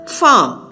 farm